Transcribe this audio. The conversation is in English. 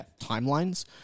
timelines